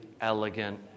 elegant